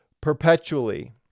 perpetually